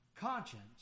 conscience